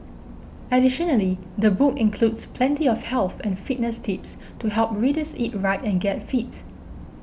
additionally the book includes plenty of health and fitness tips to help readers eat right and get fit